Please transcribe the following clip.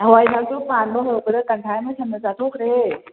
ꯍꯋꯥꯏ ꯊꯔꯥꯛꯇꯣ ꯄꯥꯟꯕ ꯍꯧꯔꯛꯄꯗ ꯇꯪꯈꯥꯏ ꯑꯃ ꯁꯟꯅ ꯆꯥꯊꯣꯛꯈ꯭ꯔꯦ